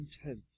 intent